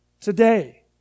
today